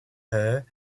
her